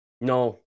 No